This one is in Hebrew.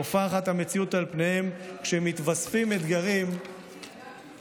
טופחת המציאות על פניהם כשמתווספים אתגרים נוספים.